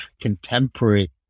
contemporary